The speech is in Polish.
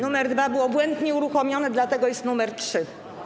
Nr 2 było błędnie uruchomione, dlatego jest nr 3.